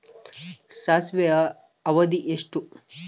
ಸಾಸಿವೆಯ ಅವಧಿ ಎಷ್ಟು?